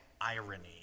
irony